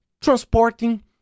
transporting